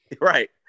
Right